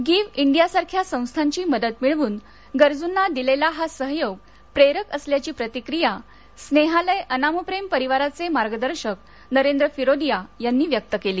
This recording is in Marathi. गिव्ह डियासारख्या संस्थांची मदत मिळवून गरजूना दिलेला हा सहयोग प्रेरक असल्याची प्रतिक्रिया स्नेहालय अनामप्रेम परिवाराचे मार्गदर्शक नरेंद्र फिरोदिया यांनी व्यक्त केली